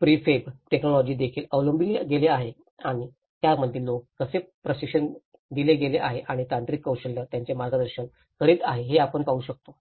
prefab technology देखील अवलंबले गेले आहे आणि त्यामध्ये लोक कसे प्रशिक्षण दिले गेले आहे आणि तांत्रिक कौशल्य त्यांचे मार्गदर्शन करीत आहे हे आपण पाहू शकतो